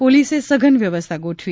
પોલીસે સઘન વ્યવસ્થા ગોઠવી